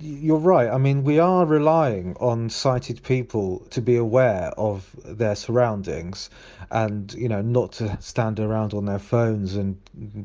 you're right, i mean we are relying on sighted people to be aware of their surroundings and you know not to stand around on their phones and